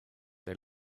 they